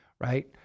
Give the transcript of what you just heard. right